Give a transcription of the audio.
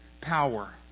power